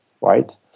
Right